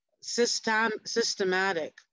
systematic